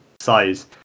size